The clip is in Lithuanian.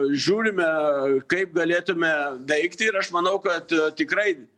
žiūrime kaip galėtume veikti ir aš manau kad tikrai